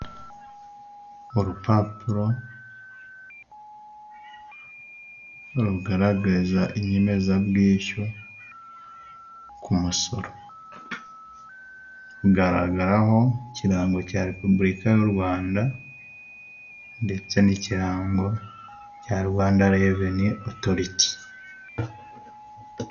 Urupapuro rugaragaza inyemezabwishyu ku musoro, rugaragaraho ikirango cya Repubulika y'u Rwanda ndetse n'ikirango cya Rwanda reveni otoriti.